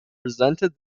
presented